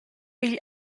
igl